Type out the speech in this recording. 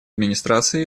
администрацией